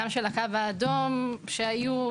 גם של "הקו האדום" שהיו,